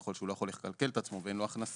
ככל שהוא לא יכול לכלכל את עצמו ואין לו הכנסה,